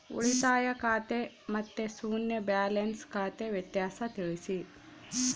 ಉಳಿತಾಯ ಖಾತೆ ಮತ್ತೆ ಶೂನ್ಯ ಬ್ಯಾಲೆನ್ಸ್ ಖಾತೆ ವ್ಯತ್ಯಾಸ ತಿಳಿಸಿ?